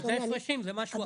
אבל זה הפרשים, זה משהו אחר.